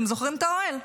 אתם זוכרים את האוהל?